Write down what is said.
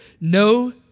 No